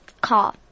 car